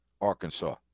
Arkansas